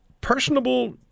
personable